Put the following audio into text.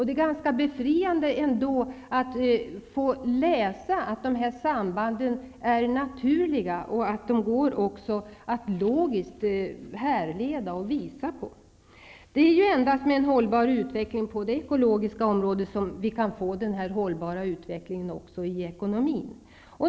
Det är ganska befriande att få läsa att de här sambanden är naturliga och att de går att logiskt härleda. Det är ju endast med en hållbar utveckling på det ekologiska området som vi kan få en hållbar utveckling också i ekonomin.